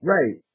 Right